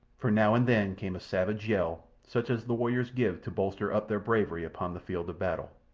for now and then came a savage yell, such as the warriors give to bolster up their bravery upon the field of battle.